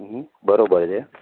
હં બરાબર છે